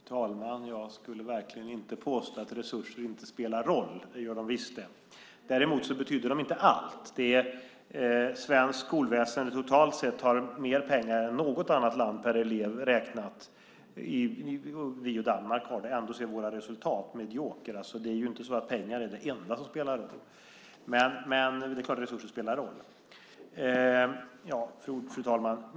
Fru talman! Jag vill verkligen inte påstå att resurser inte skulle spela någon roll. Det gör de visst. Däremot betyder de inte allt. Totalt sett har svenskt skolväsende mer pengar än något annat land per elev räknat. Det är vi och Danmark som har det. Ändå är våra resultat mediokra. Det är inte så att pengar är det enda som spelar roll. Men det är klart att resurser spelar roll. Fru talman!